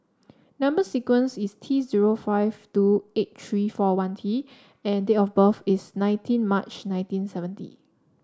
number sequence is T zero five two eight three four one T and date of birth is nineteen March nineteen seventy